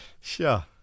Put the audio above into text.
Sure